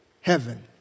heaven